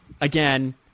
Again